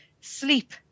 sleep